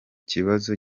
kibazo